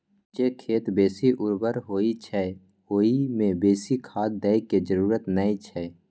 जे खेत बेसी उर्वर होइ छै, ओइ मे बेसी खाद दै के जरूरत नै छै